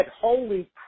Holy